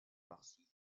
parsi